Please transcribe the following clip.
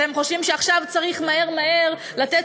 אתם חושבים שעכשיו צריך מהר-מהר לתת